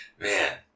Man